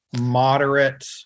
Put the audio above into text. moderate